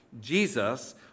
Jesus